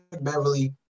Beverly